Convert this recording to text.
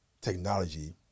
technology